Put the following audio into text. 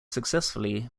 successfully